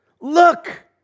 look